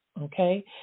okay